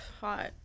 hot